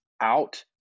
out